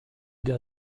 der